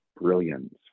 brilliance